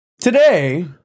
Today